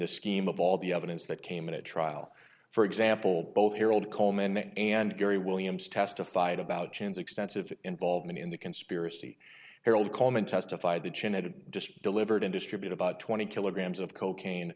the scheme of all the evidence that came in a trial for example both here old coleman and gary williams testified about chen's extensive involvement in the conspiracy harold coleman testified the chin had just delivered and distribute about twenty kilograms of cocaine